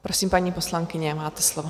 Prosím, paní poslankyně, máte slovo.